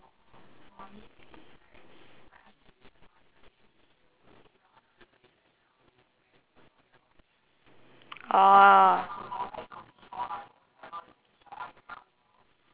oh